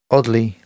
Oddly